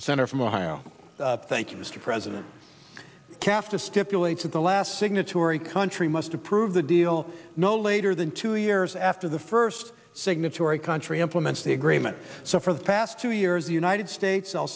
the senator from ohio thank you mr president caf to stipulate to the last signatory country must approve the deal no later than two years after the first signatory country implements the agreement so for the past two years the united